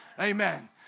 Amen